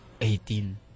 Eighteen